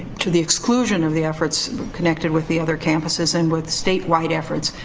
to the exclusion of the efforts connected with the other campuses and with statewide efforts.